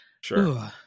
sure